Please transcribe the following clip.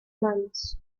months